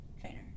trainer